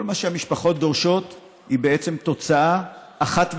כל מה שהמשפחות דורשות הוא בעצם תוצאה אחת ויחידה,